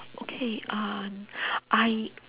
okay uh I